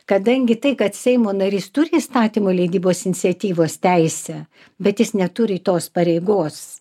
kadangi tai kad seimo narys turi įstatymų leidybos iniciatyvos teisę bet jis neturi tos pareigos